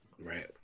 Right